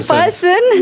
person